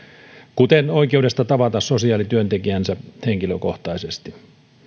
kuten oikeudesta tavata sosiaalityöntekijänsä henkilökohtaisesti